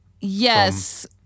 Yes